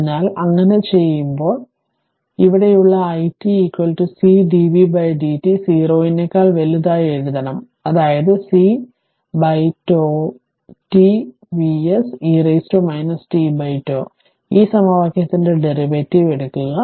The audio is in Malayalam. അതിനാൽ അങ്ങനെ ചെയ്യുമ്പോൾ ഇവിടെയുള്ള i t c dv dt 0 നെക്കാൾ വലുതായി എഴുതണം അതായത് cτtVs e tτ ഈ സമവാക്യത്തിന്റെ ഡെറിവേറ്റീവ് എടുക്കുക